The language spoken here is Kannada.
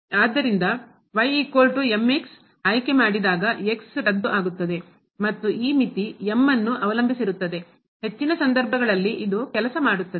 ಆದ್ದರಿಂದ ಆಯ್ಕೆ ಮಾಡಿದಾಗ x ರದ್ದು ಆಗುತ್ತದೆ ಮತ್ತು ಈ ಮಿತಿ m ಅನ್ನು ಅವಲಂಬಿಸಿರುತ್ತದೆ ಹೆಚ್ಚಿನ ಸಂದರ್ಭಗಳಲ್ಲಿ ಇದು ಕೆಲಸ ಮಾಡುತ್ತದೆ